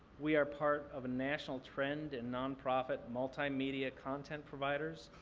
we are part of a national trend in nonprofit multimedia content providers.